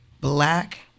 black